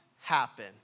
happen